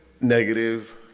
negative